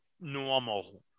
Normal